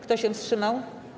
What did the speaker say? Kto się wstrzymał?